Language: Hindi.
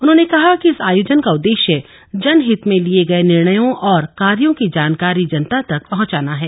उन्होंने कहा कि इस आयोजन का उद्देश्य जन हित में लिये गये निर्णयों और कार्यों की जानकारी जनता तक पहुंचाना है